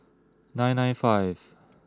nine nine five